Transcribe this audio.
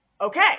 okay